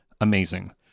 amazing